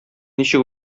ничек